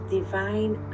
divine